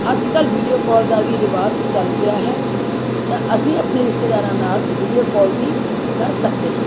ਅੱਜ ਕੱਲ੍ਹ video call ਦਾ ਵੀ ਰਿਵਾਜ਼ ਚੱਲ ਪਿਆ ਹੈ ਤਾਂ ਅਸੀਂ ਆਪਣੇ ਰਿਸ਼ਤੇਦਾਰਾਂ ਨਾਲ ਵੀਡਿਓ ਕੋਲ ਵੀ ਕਰ ਸਕਦੇ ਹਾਂ